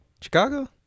Chicago